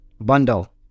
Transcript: bundle